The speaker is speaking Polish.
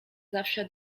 zawsze